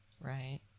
Right